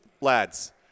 lads